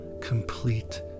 complete